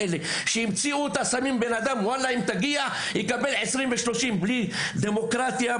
ששמים בן אדם שמקבל 20 ו-30 בלי דמוקרטיה,